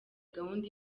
gahunda